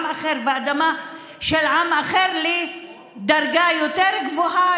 אחר ואדמה של עם אחר לדרגה יותר גבוהה,